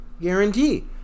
guarantee